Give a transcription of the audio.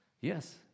Yes